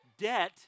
debt